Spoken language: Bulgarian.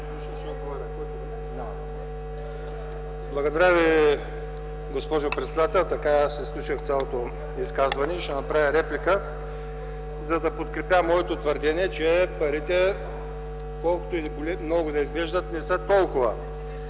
Благодаря Ви, госпожо председател. Аз изслушах цялото изказване и ще направя реплика, за да подкрепя моето твърдение, че парите колкото и много да изглеждат, не са толкова.